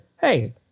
hey